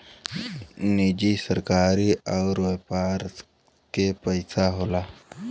निजी सरकारी अउर व्यापार के पइसा होला